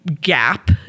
gap